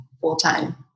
full-time